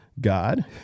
God